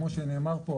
כמו שנאמר פה,